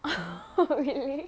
really